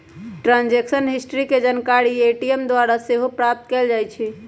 transaction history के जानकारी ATM द्वारा सेहो प्राप्त कएल जाइ छइ